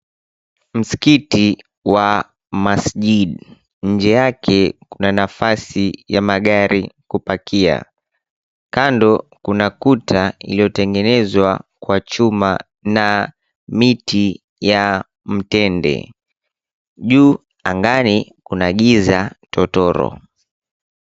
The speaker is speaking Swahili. Msikiti wa Masjid, nje yake kuna nafasi ya magari kupakia, kando kuna kuta iliyotengenezwa kwa chuma na miti ya mtende, juu ngani kuna giza totoro.